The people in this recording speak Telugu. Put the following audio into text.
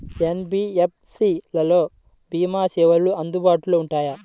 ఎన్.బీ.ఎఫ్.సి లలో భీమా సేవలు అందుబాటులో ఉంటాయా?